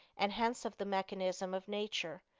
and hence of the mechanism of nature,